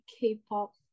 k-pop